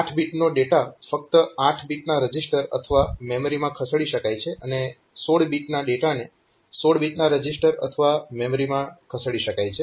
8 બીટનો ડેટા ફક્ત 8 bit register અથવા મેમરીમાં ખસેડી શકાય છે અને 16 બીટ ડેટાને 16 બીટ રજીસ્ટર અથવા મેમરીમાં ખસેડી શકાય છે